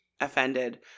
offended